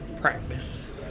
practice